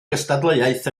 gystadleuaeth